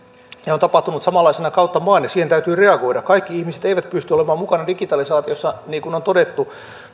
on tapahtunut samanlaisena kautta maan ja siihen täytyy reagoida kaikki ihmiset eivät pysty olemaan mukana digitalisaatiossa niin kuin on todettu